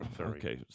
Okay